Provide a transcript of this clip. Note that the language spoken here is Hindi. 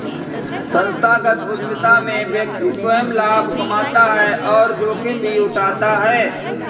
संस्थागत उधमिता में व्यक्ति स्वंय लाभ कमाता है और जोखिम भी उठाता है